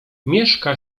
mieszka